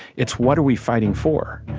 it's what are we fighting for?